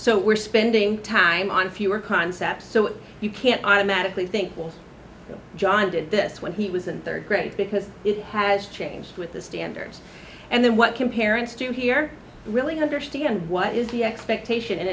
so we're spending time on fewer concepts so you can't automatically think will john did this when he was a third grade because it has changed with the standards and then what can parents do here really understand what is the